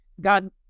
God